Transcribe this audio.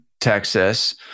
Texas